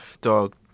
Dog